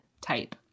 type